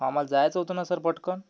आम्हाला जायचं होतं ना सर पटकन